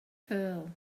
pearl